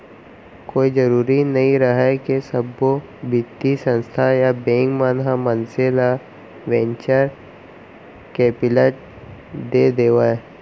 कोई जरुरी नइ रहय के सब्बो बित्तीय संस्था या बेंक मन ह मनसे ल वेंचर कैपिलट दे देवय